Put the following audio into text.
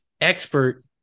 expert